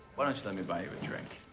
why don't you let me buy you a drink?